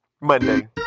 Monday